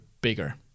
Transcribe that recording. bigger